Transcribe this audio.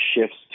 shifts